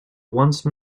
once